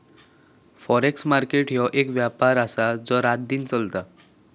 forex market ह्यो एक व्यापार आसा जो रातदिन चलता